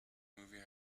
movie